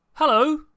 Hello